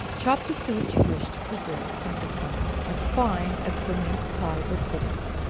chop the suet you wish to preserve until summer as fine as for mince pies or puddings,